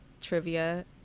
trivia